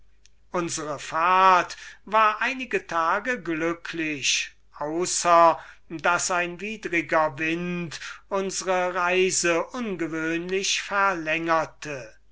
unsre fahrt war einige tage glücklich außer daß ein wind der uns westwärts trieb unsre reise ungewöhnlich verlängerte